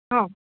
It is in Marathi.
हो